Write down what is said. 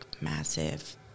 massive